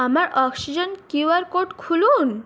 আমার oxygen QR code খুলুন